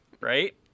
right